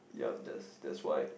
yup that's that's why